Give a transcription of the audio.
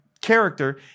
character